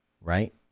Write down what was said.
Right